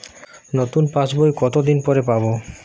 নতুন পাশ বই কত দিন পরে পাবো?